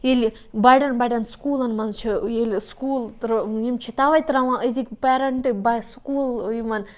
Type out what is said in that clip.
ییٚلہِ بَڑٮ۪ن بَڑٮ۪ن سُکوٗلَن مَنٛز چھِ ییٚلہِ سُکوٗل یِم چھِ تَوے تراوان أزِک پیرنٹ سُکول یِمَن